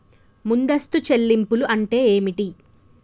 ముందస్తు చెల్లింపులు అంటే ఏమిటి?